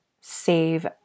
save